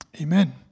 Amen